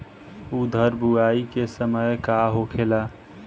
उरद बुआई के समय का होखेला?